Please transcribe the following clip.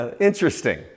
Interesting